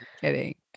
kidding